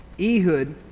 Ehud